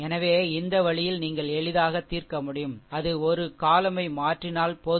எனவே இந்த வழியில் நீங்கள் எளிதாக தீர்க்க முடியும் அது ஒரு column யை மாற்றினால் போதுமனதாகும்